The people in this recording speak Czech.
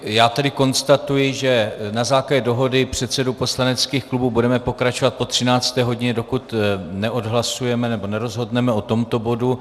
Já tedy konstatuji, že na základě dohody předsedů poslaneckých klubů budeme pokračovat po 13. hodině, dokud neodhlasujeme nebo nerozhodneme o tomto bodu.